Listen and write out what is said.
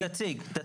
תציג, תציג.